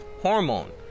hormone